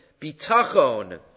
bitachon